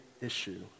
issue